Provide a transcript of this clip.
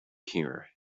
here